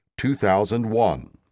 2001